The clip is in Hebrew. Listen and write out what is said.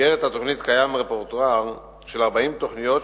במסגרת התוכנית קיים רפרטואר של 40 תוכניות,